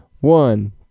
One